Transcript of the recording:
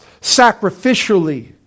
sacrificially